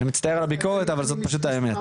אני מצטער על הביקורת, אבל זאת פשוט האמת.